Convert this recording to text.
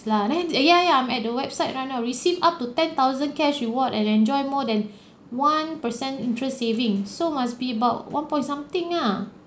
lah and ya ya I'm at the website right now received up to ten thousand cash reward and enjoy more than one percent interest saving so must be about one point something ah